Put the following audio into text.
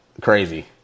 crazy